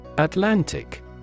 Atlantic